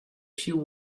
few